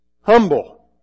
humble